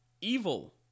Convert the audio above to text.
evil